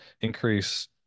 increase